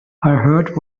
heard